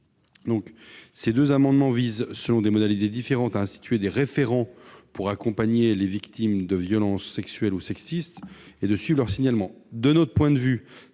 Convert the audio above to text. dit. Ces deux amendements visent, selon des modalités différentes, à instituer des référents pour accompagner les victimes de violences sexuelles ou sexistes et suivre leur signalement.